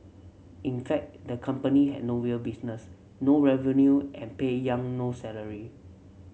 in fact the company had no real business no revenue and paid Yang no salary